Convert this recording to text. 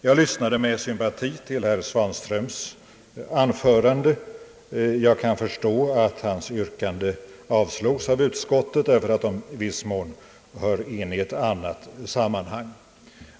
Jag lyssnade med sympati till herr Svanströms anförande. Jag kan förstå att hans yttrande avslogs av utskottet, eftersom det i viss mån hör hemma i ett annat sammanhang.